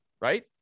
right